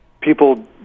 people